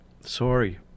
sorry